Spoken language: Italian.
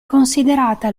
considerata